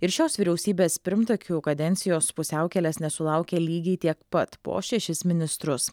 ir šios vyriausybės pirmtakių kadencijos pusiaukelės nesulaukė lygiai tiek pat po šešis ministrus